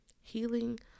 healing